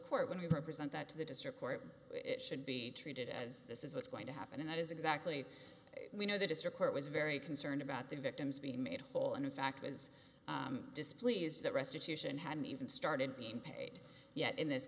court when you represent that to the district court it should be treated as this is what's going to happen and that is exactly we know the district court was very concerned about the victims being made whole and in fact was displeased that restitution hadn't even started being paid yet in this